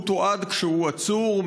הוא תועד כשהוא עצור,